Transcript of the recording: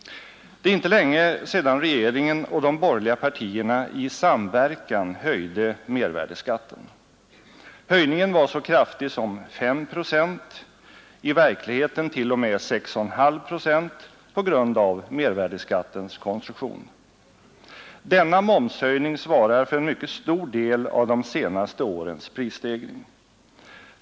Det är inte länge sedan regeringen och de borgerliga partierna i samverkan höjde mervärdeskatten. Höjningen var så kraftig som 5 procent, i verkligheten t.o.m. 6,5 procent, på grund av mervärdeskattens konstruktion. Denna momshöjning svarar för en mycket stor del av de senaste årens prisstegring.